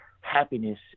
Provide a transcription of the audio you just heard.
happiness